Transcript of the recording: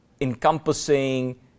encompassing